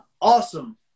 awesome